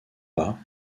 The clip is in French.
pas